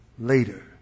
later